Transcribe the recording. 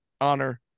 honor